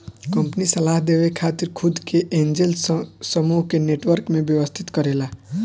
company सलाह देवे खातिर खुद के एंजेल समूह के नेटवर्क में व्यवस्थित करेला